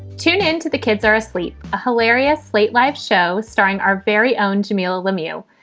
tune in to the kids are asleep. a hilarious late life show starring our very own jamilah lemieux.